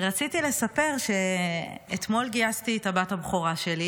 ורציתי לספר שאתמול גייסתי את הבת הבכורה.